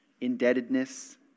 indebtedness